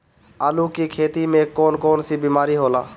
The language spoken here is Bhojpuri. आलू की खेती में कौन कौन सी बीमारी होला?